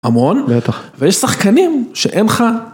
המון, ויש שחקנים שאין לך.